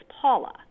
Paula